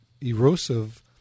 erosive